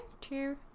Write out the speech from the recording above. two